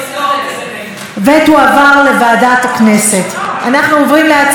עברה בקריאה ראשונה ותועבר לוועדה המוסמכת לדון בה,